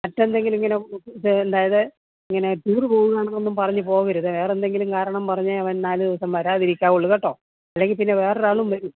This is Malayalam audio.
മറ്റെന്തെങ്കിലും ഇങ്ങനെ അതായത് ഇങ്ങനെ ടൂര് പോകുവാണെന്നൊന്നും പറഞ്ഞ് പോകരുത് വേറെന്തെങ്കിലും കാരണം പറഞ്ഞ് അവൻ നാലു ദിവസം വരാതിരിക്കാവുള്ളു കേട്ടോ അല്ലെങ്കിൽ പിന്നെ വേറൊരാളും വരും